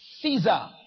Caesar